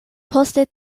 poste